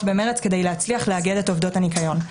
במרץ כדי להצליח לאגד את עובדות הניקיון.